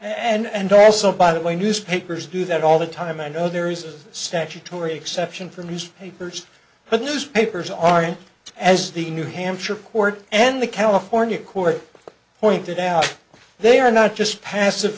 things and also by the way newspapers do that all the time i know there is a statutory exception for newspapers but newspapers aren't as the new hampshire court and the california court pointed out they are not just passive